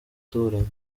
baturanyi